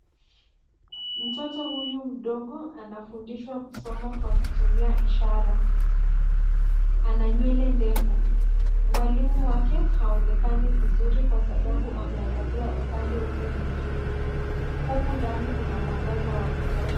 Mtoto huyu mdogo anafundishwa kusoma kwa kutumia ishara, ana nywele ndefu. Mwalimu wake haonekani vizuri kwa sababu ameangalia upande ule mwingine. Humu ndani kuna mwangaza wa kutosha.